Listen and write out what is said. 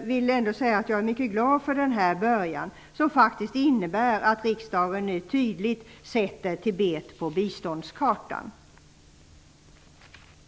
vill ändå säga att jag är mycket glad över denna början, som faktiskt innebär att riksdagen nu tydligt placerar Tibet på biståndskartan.